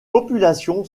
population